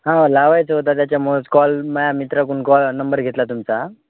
हा लावायचं होता त्याच्यामुळेच कॉल माझ्या मित्राकडून नंबर घेतला तुमचा